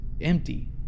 empty